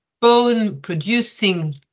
bone-producing